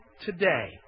today